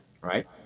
right